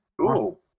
Cool